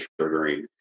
triggering